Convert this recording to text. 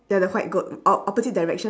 ya the white goat opp~ opposite direction